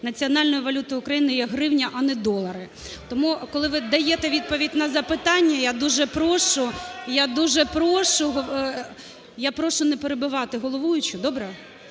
національною валютою України є гривня, а не долари. Тому, коли ви даєте відповідь на запитання, я дуже прошу… (Шум у залі) Я прошу не перебивати головуючого. Добре?